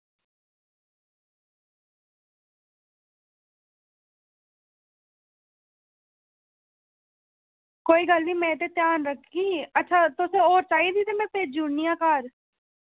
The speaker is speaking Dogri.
ओह् कोई गल्ल निं में ते ध्यान रक्खगी अच्छा होर ताज़ियां भेजी ओड़नी आं घर